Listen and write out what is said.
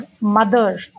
mother